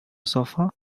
sofa